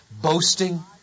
boasting